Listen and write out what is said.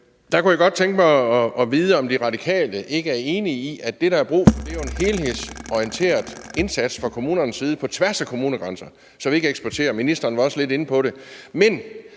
jeg kunne godt tænke mig at vide, om De Radikale ikke er enige i, at det, der er brug for, er en helhedsorienteret indsats fra kommunernes side på tværs af kommunegrænser, så de ikke eksporterer problemerne – ministeren var også lidt inde på det – men